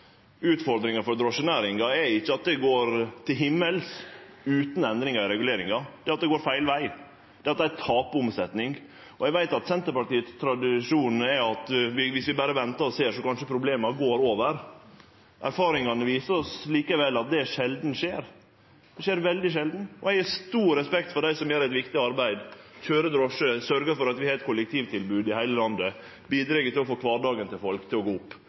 Utfordringa for drosjenæringa er ikkje at det går til himmels utan endringar i reguleringa, men at det går feil veg, at dei tapar omsetning. Eg veit at Senterpartiets tradisjon er at viss vi berre ventar og ser, går kanskje problema over. Erfaringane viser oss likevel at det sjeldan skjer. Det skjer veldig sjeldan. Eg har stor respekt for dei som gjer eit viktig arbeid, køyrer drosje, sørgjer for at vi har eit kollektivtilbod i heile landet og bidreg til å få kvardagen til folk til å gå opp.